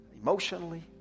emotionally